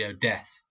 death